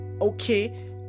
okay